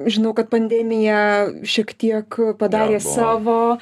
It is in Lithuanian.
žinau kad pandemija šiek tiek padarė savo